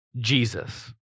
Jesus